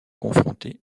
confrontés